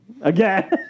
again